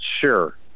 Sure